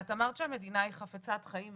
את אמרת שהמדינה היא חפצת חיים,